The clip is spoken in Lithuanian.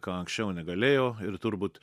ką anksčiau negalėjo ir turbūt